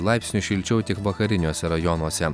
laipsniu šilčiau tik vakariniuose rajonuose